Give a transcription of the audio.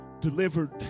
delivered